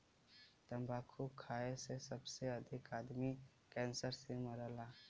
तम्बाकू खाए से सबसे अधिक आदमी कैंसर से मरला